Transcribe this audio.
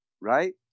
right